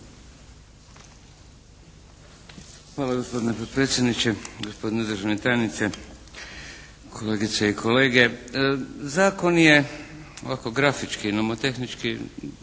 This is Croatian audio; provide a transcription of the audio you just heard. Hvala gospodine potpredsjedniče. Gospodine državni tajniče, kolegice i kolege. Zakon je ovako grafički i nomotehnički